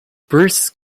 bruce